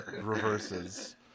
reverses